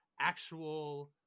actual